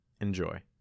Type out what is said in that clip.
Enjoy